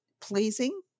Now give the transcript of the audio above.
pleasing